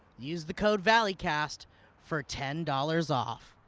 use the code valleycast for ten dollars off.